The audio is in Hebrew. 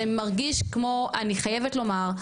זה מרגיש כמו אני חייבת לומר,